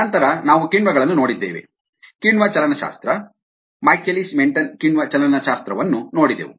ನಂತರ ನಾವು ಕಿಣ್ವಗಳನ್ನು ನೋಡಿದ್ದೇವೆ ಕಿಣ್ವ ಚಲನಶಾಸ್ತ್ರ ಮೈಕೆಲಿಸ್ ಮೆನ್ಟೆನ್ ಕಿಣ್ವ ಚಲನಶಾಸ್ತ್ರವನ್ನು ನೋಡಿದೆವು